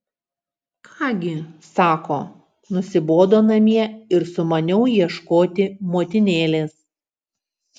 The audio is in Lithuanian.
ką gi sako nusibodo namie ir sumaniau ieškoti motinėlės